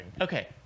Okay